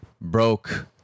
broke